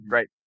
Right